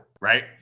Right